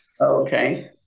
Okay